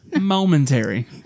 Momentary